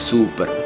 Super